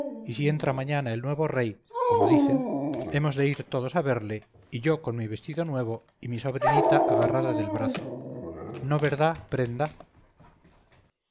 y si entra mañana el nuevo rey como dicen hemos de ir todos a verle y yo con mi vestido nuevo y mi sobrinita agarrada del brazo no verdá prenda